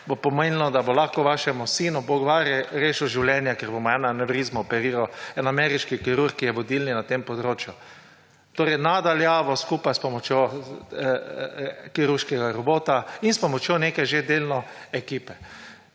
bo pomenilo, da bo lahko vašemu sinu, bohvari, rešil življenje, ker bo eno anevrizmo operiral en ameriški kirurg, ki je vodilni na tem področju. Torej na daljavo, skupaj s pomočjo kirurškega robota in delno s pomočjo ekipe.